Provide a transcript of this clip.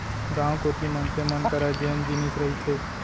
गाँव कोती मनसे मन करा जेन जिनिस रहिथे